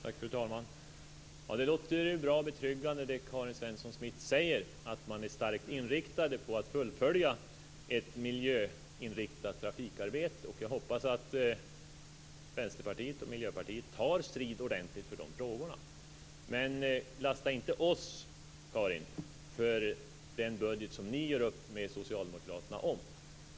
Fru talman! Det Karin Svensson Smith säger låter bra och betryggande, dvs. att man är starkt inriktad på att fullfölja ett miljöinriktat trafikarbete. Jag hoppas att Vänsterpartiet och Miljöpartiet tar ordentlig strid för de frågorna. Men lasta inte oss, Karin Svensson Smith, för den budget ni gör upp med Socialdemokraterna.